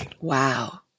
Wow